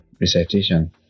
recitation